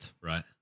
Right